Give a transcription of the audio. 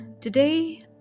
Today